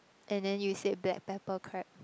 and then you said black pepper crab